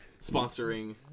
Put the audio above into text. sponsoring